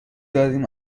داریم